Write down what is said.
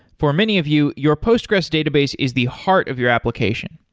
for many of you, your postgres database is the heart of your application.